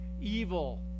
evil